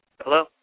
Hello